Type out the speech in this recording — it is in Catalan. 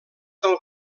del